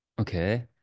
Okay